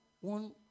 one